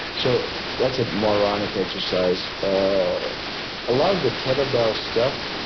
so that's a moronic exercise. ah a lot of the kettle bell stuff,